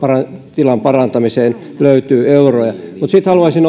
tilan parantamiseen löytyy euroja mutta sitten haluaisin